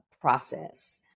process